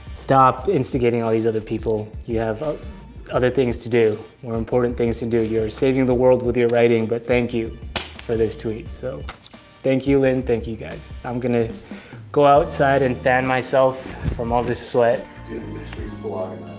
stop instigating all these other people. you have other things to do. do. more important things to do. you're saving the world with your writing but thank you for this tweet. so thank you, lin. thank you guys. i'm gonna go outside and fan myself from all this sweat. do